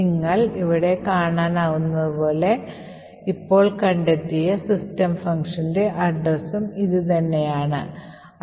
നിങ്ങൾക്ക് ഇവിടെ കാണാനാകുന്നതുപോലെ നമ്മൾ ഇപ്പോൾ കണ്ടെത്തിയ സിസ്റ്റം ഫംഗ്ഷന്റെ adressഉം ഇത് തന്നെയാണെന്ന് കാണാം